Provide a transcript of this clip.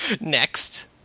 Next